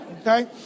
okay